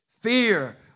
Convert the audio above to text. Fear